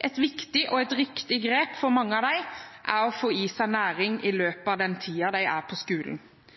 Et viktig og riktig grep for mange av dem er å få i seg næring i løpet av den tiden de er på skolen.